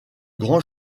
grands